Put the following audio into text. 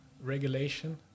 regulation